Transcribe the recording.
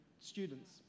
students